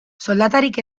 soldatarik